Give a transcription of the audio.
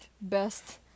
Best